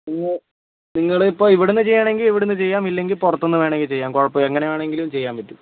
നിങ്ങൾ നിങ്ങൾ ഇപ്പോൾ ഇവിടുന്ന് ചെയ്യുകയാണെങ്കിൽ ഇവിടുന്ന് ചെയ്യാം ഇല്ലെങ്കിൽ പുറത്തു നിന്ന് വേണമെങ്കിൽ ചെയ്യാം കുഴപ്പമില്ല എങ്ങനെ വേണമെങ്കിലും ചെയ്യാൻ പറ്റും